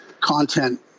content